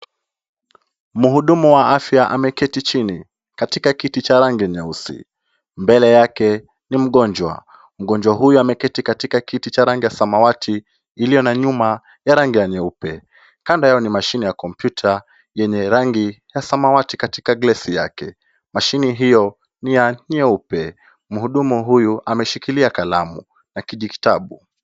Mhudumu wa afya ameketi chini katika kiti nyeusi. Mbele yake ni mgonjwa. Mgonjwa huyo ameketi katika kiti cha rangi ya samawati iliyo na nyuma ya rangi ya nyeupe. Kando yao ni mashine ya kompyuta yenye rangi ya samawati katika gilasi yake. Mashine hiyo ni ya nyeupe. Mhudumu huyu ameshikilia kalamu na kijikitabu.